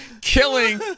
killing